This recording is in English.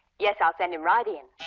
yes, i ll send him right in.